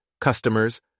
customers